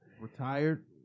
Retired